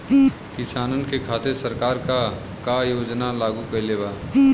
किसानन के खातिर सरकार का का योजना लागू कईले बा?